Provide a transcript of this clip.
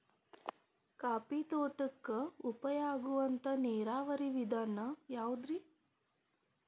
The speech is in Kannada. ಕಾಫಿ ತೋಟಕ್ಕ ಉಪಾಯ ಆಗುವಂತ ನೇರಾವರಿ ವಿಧಾನ ಯಾವುದ್ರೇ?